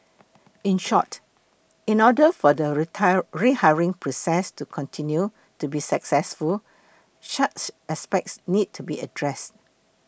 in short in order for the rehiring process to continue to be successful such aspects need to be addressed